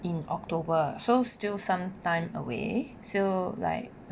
in october so still some time away so like